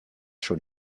schon